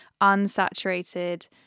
unsaturated